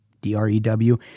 D-R-E-W